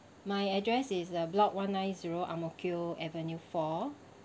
my address is the block one nine zero ang mo kio avenue four